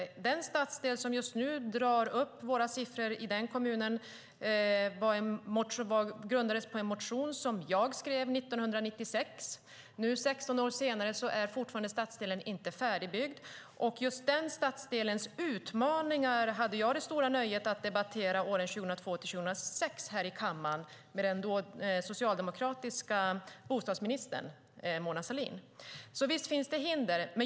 Den stadsdel som just nu drar upp våra siffror i den kommunen grundades på en motion som jag skrev 1996. Nu, 16 år senare, är stadsdelen fortfarande inte färdigbyggd. Just den stadsdelens utmaningar hade jag det stora nöjet att debattera åren 2002-2006 här i kammaren med den socialdemokratiska bostadsministern Mona Sahlin. Så visst finns det hinder.